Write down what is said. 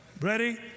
Ready